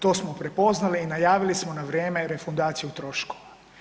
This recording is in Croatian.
To smo prepoznali i najavili smo na vrijeme refundaciju troškova.